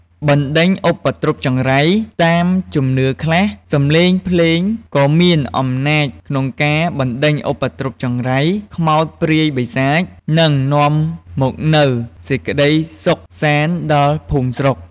បណ្តេញឧបទ្រពចង្រៃ តាមជំនឿខ្លះ សំឡេងភ្លេងក៏មានអំណាចក្នុងការបណ្តេញឧបទ្រពចង្រៃ ខ្មោចព្រាយបិសាច និងនាំមកនូវសេចក្តីសុខសាន្តដល់ភូមិស្រុក។